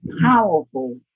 powerful